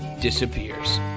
disappears